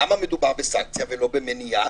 למה מדובר בסנקציה ולא במניעה?